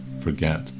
forget